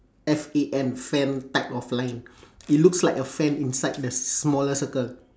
F A N fan type of line it looks like a fan inside the smaller circle